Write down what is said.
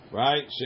right